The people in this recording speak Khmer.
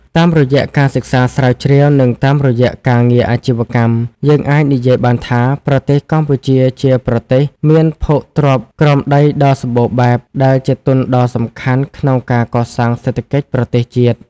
តាមរយៈការសិក្សាស្រាវជ្រាវ និងតាមរយៈការងារអាជីវកម្ម យើងអាចនិយាយបានថា ប្រទេសកម្ពុជាជាប្រទេសមានភោគទ្រព្យក្រោមដីដ៏សម្បូរបែបដែលជាទុនដ៏សំខាន់ក្នុងការកសាងសេដ្ឋកិច្ចប្រទេសជាតិ។